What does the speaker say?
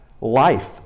life